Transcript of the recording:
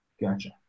Gotcha